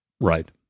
Right